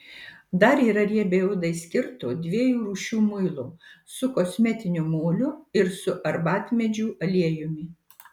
dar yra riebiai odai skirto dviejų rūšių muilo su kosmetiniu moliu ir su arbatmedžių aliejumi